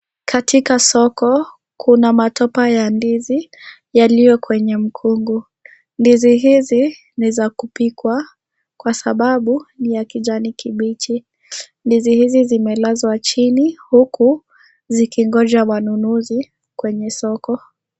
Katika soko kuna matopa ya ndizi yaliyo kwenye mkungu. Ndizi hizi ni za kupikwa kwa sababu ni ya kijani kibichi. Ndizi hizi zimelazwa chini huku zikingoja wanunuzi kwenye soko.